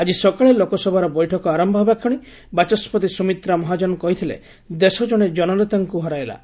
ଆଜି ସକାଳେ ଲୋକସଭାର ବୈଠକ ଆରମ୍ଭ ହେବାକ୍ଷଣି ବାଚସ୍କତି ସ୍ରମିତ୍ରା ମହାଜନ କହିଥିଲେ ଦେଶ ଜଣେ ଜନନେତାଙ୍କୁ ହରାଇଲା